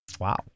Wow